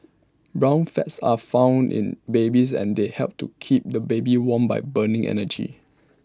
brown fats are found in babies and they help to keep the baby warm by burning energy